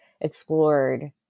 explored